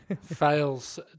fails